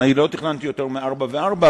לא תכננתי יותר מארבע וארבע,